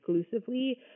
exclusively